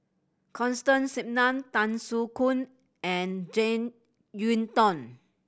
Constance Singam Tan Soo Khoon and Jek Yeun Thong